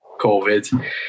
COVID